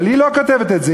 אבל היא לא כותבת את זה,